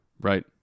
right